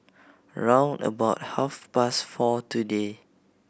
round about half past four today